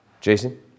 Jason